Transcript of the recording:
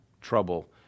Trouble